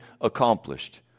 accomplished